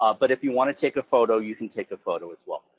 um but if you want to take a photo, you can take a photo as well.